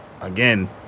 again